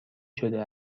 شده